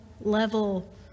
level